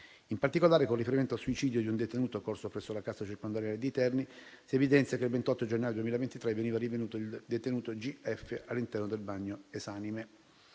In particolare, con riferimento al suicidio di un detenuto occorso presso la casa circondariale di Terni, si evidenzia che in data 28 gennaio 2023 veniva rinvenuto il detenuto G.F. all'interno del bagno esanime.